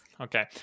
okay